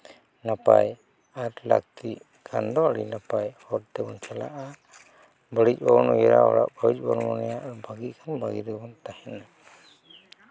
ᱱᱟᱯᱟᱭ ᱟᱨ ᱞᱟᱹᱠᱛᱤᱜ ᱠᱷᱟᱱ ᱫᱚ ᱟᱹᱰᱤ ᱱᱟᱯᱟᱭ ᱦᱚᱨ ᱛᱮᱵᱚᱱ ᱪᱟᱞᱟᱜᱼᱟ ᱵᱟᱹᱲᱤᱡ ᱵᱟᱵᱚᱱ ᱵᱮᱵᱚᱦᱟᱨᱟ ᱵᱟᱹᱲᱤᱡ ᱵᱚᱱ ᱢᱚᱱᱮᱭᱟ ᱵᱷᱟᱹᱜᱤ ᱠᱷᱟᱱ ᱵᱷᱟᱹᱜᱤ ᱛᱮᱵᱚᱱ ᱛᱟᱦᱮᱱᱟ